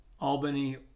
Albany